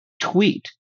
tweet